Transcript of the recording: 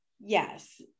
Yes